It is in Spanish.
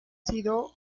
sido